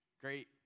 Great